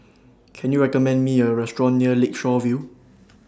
Can YOU recommend Me A Restaurant near Lakeshore View